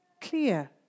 clear